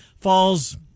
falls